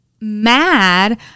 mad